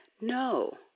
no